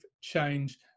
Change